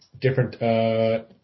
different